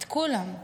את כולם.